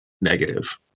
negative